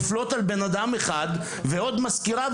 נופלות על בן אדם אחד ועל עוד מזכירה.